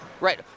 Right